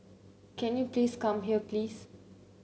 can you please come here please